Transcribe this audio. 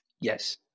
Yes